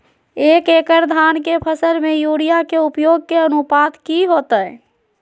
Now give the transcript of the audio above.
एक एकड़ धान के फसल में यूरिया के उपयोग के अनुपात की होतय?